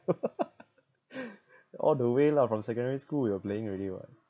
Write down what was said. all the way lah from secondary school we were playing already [what]